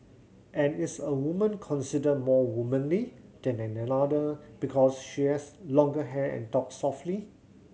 and is a woman considered more womanly than another because she has longer hair and talks softly